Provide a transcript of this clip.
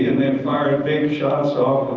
yeah then fired big shots off